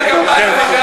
כפיים,